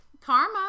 karma